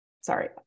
sorry